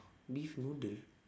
beef noodle